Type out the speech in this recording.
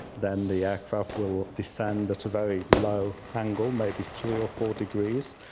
then the aircraft will descend at a very low angle, maybe three or four degrees,